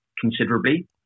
considerably